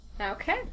Okay